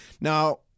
Now